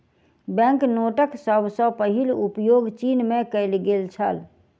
bank नोटक सभ सॅ पहिल उपयोग चीन में कएल गेल छल